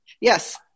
Yes